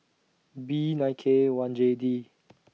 B nine K one J D